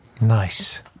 nice